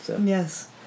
Yes